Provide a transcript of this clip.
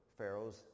Pharaoh's